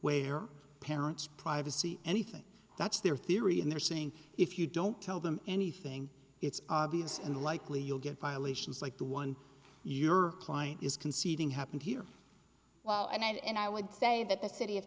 where parents privacy anything that's their theory and they're saying if you don't tell them anything it's obvious and likely you'll get violations like the one your client is conceding happened here well and i would say that the city of